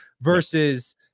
versus